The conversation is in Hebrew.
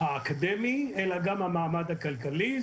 האקדמי אלא גם המעמד הכלכלי.